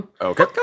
Okay